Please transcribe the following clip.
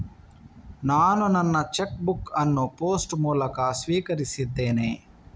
ನಾನು ನನ್ನ cheque book ಅನ್ನು ಪೋಸ್ಟ್ ಮೂಲಕ ಸ್ವೀಕರಿಸಿದ್ದೇನೆ